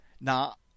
Now